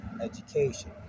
education